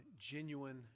genuine